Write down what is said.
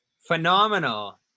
phenomenal